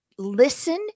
listen